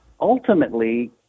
ultimately